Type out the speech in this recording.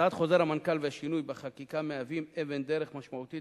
הוצאת חוזר המנכ"ל והשינוי בחקיקה מהווים אבן דרך משמעותית